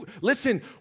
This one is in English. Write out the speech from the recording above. Listen